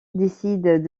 décident